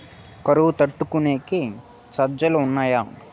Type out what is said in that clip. కరువు తట్టుకునే సజ్జలు ఉన్నాయా